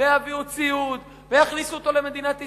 ויביאו ציוד ויכניסו אותו למדינת ישראל,